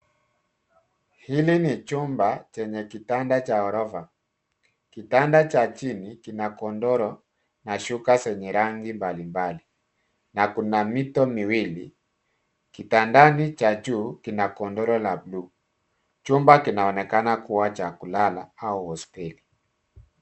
Hili ni chumba chenye kitanda cha ghorofa. Kitanda cha chini kina godoro na shuka zenye rangi mbalimbali na kuna mito miwili. Kitandani cha juu kina godoro la bluu. Chumba kinaonekana kuwa cha kulala au hosteli.